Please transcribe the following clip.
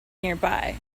nearby